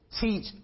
teach